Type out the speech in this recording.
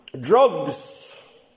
drugs